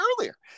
earlier